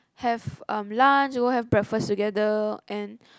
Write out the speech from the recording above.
have um lunch go have breakfast together and